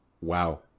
wow